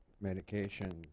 medication